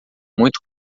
muito